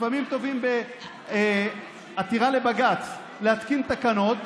לפעמים תובעים בעתירה לבג"ץ להתקין תקנות,